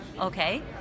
okay